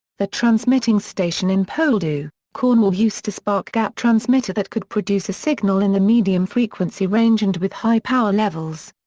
the transmitting station in poldhu, cornwall used a spark-gap transmitter that could produce a signal in the medium frequency range and with high power levels.